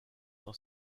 cent